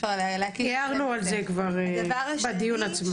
הערנו על זה כבר בדיון עצמו.